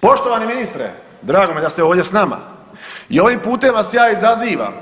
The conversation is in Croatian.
Poštovani ministre, drago mi je da ste ovdje s nama i ovim putem vas ja izazivam,